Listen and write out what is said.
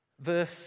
Verse